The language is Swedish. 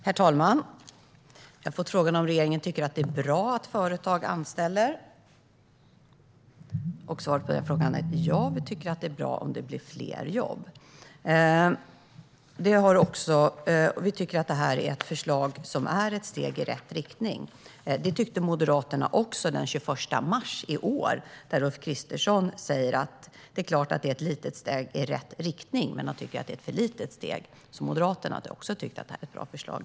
Herr talman! Jag har fått frågan om regeringen tycker att det är bra att företag anställer. Svaret på frågan är: Ja, vi tycker att det är bra om det blir fler jobb. Vi tycker att förslaget är ett steg i rätt riktning. Det tyckte Moderaterna också den 21 mars i år, då Ulf Kristersson sa att det är ett steg i rätt riktning men att det är ett alltför litet steg. Moderaterna tyckte alltså också att det är ett bra förslag.